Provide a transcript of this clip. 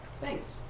Thanks